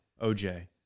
OJ